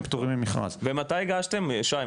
ומתי הגשתם, שי?